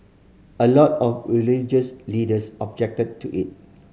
a lot of religious leaders objected to it